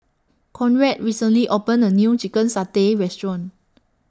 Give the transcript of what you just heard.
Conrad recently opened A New Chicken Satay Restaurant